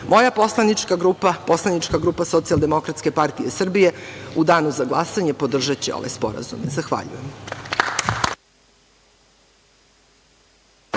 Moja poslanička grupa, poslanička grupa Socijaldemokratske partije Srbije u danu za glasanje podržaće ove sporazume. Zahvaljujem.